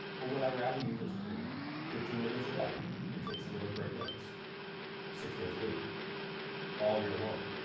or would i rather you just read fifteen minutes a day and take some really great notes six days a week all year long.